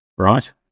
right